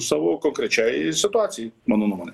savo konkrečiai situacijai mano nuomone